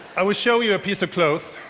i will show you a piece of cloth,